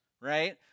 right